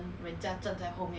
I see